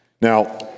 Now